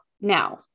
now